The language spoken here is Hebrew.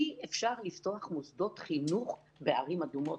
אי-אפשר לפתוח מסודות חינוך בערים אדומות.